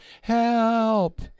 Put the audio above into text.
Help